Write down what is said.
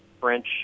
French